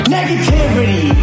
Negativity